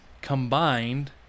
combined